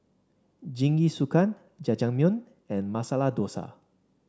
Jingisukan Jajangmyeon and Masala Dosa